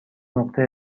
نقطه